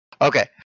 Okay